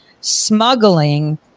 smuggling